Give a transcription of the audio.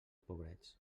pobrets